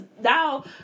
now